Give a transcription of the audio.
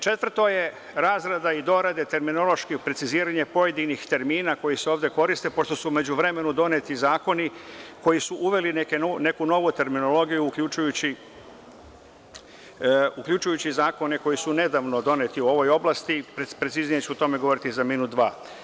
Četvrto je razrada i dorade terminološkog preciziranja pojedinih termina koji se ovde koriste, pošto su umeđuvremenu doneti zakoni koji su uveli neku novu terminologiju, uključujući i zakone koji su nedavno doneti u ovoj oblasti, preciznije ću o tome govoriti za minut-dva.